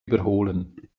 überholen